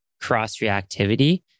cross-reactivity